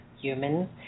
humans